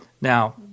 Now